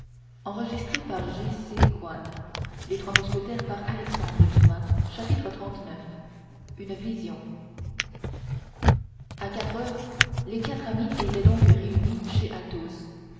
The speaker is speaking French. xxxix une vision à quatre heures les quatre amis étaient donc réunis chez athos